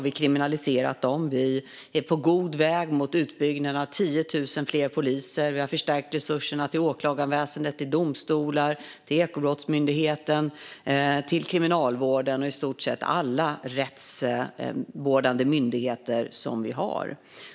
Vi är på god väg mot utbyggnaden till 10 000 fler poliser, och vi har förstärkt resurserna till åklagarväsendet, domstolarna, Ekobrottsmyndigheten, Kriminalvården och i stort sett alla rättsvårdande myndigheter som finns.